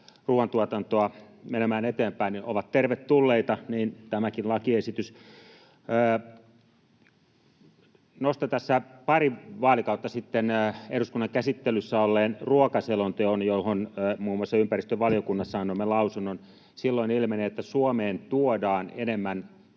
ruuantuotantoa menemään eteenpäin, ovat tervetulleita, niin tämäkin lakiesitys. Nostan tässä pari vaalikautta sitten eduskunnan käsittelyssä olleen ruokaselonteon, johon muun muassa ympäristövaliokunnassa annoimme lausunnon. Silloin ilmeni, että Suomeen tuodaan enemmän